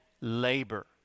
labor